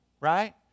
right